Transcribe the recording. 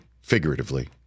figuratively